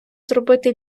зробити